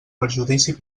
perjudici